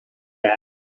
that